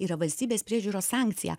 yra valstybės priežiūros sankcija